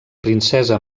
princesa